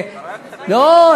לא,